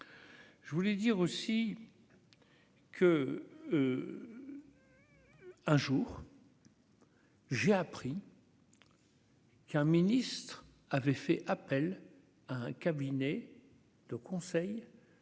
je voulais dire aussi que, un jour. J'ai appris. Qu'un ministre avait fait appel à un cabinet de conseils